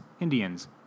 Indians